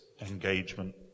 engagement